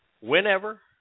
whenever